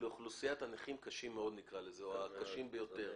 לאוכלוסיית הנכים קשים מאוד, או הקשים ביותר.